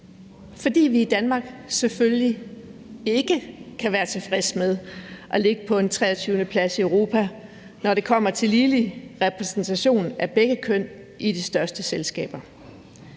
fordi vi i Danmark selvfølgelig ikke kan være tilfredse med at ligge på en 23.-plads i Europa, når det kommer til ligelig repræsentation af begge køn i de største selskaber.